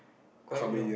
quite long